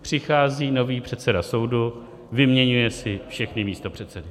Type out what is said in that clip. Přichází nový předseda soudu, vyměňuje si všechny místopředsedy.